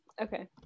Okay